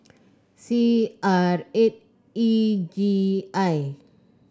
six R eight E G I